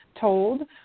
told